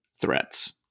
threats